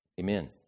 Amen